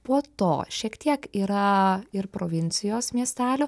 puo to šiek tiek yra ir provincijos miestelių